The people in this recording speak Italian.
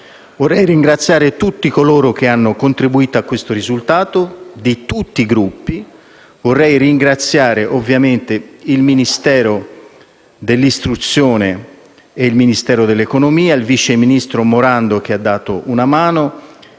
Vorrei ringraziare tutti coloro che hanno contribuito a questo risultato, di tutti i Gruppi. Vorrei ringraziare, ovviamente, i Ministeri dell'istruzione e dell'economia, il vice ministro Morando, che ha dato una mano,